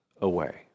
away